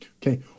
Okay